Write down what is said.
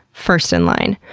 first in line.